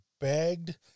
begged